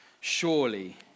surely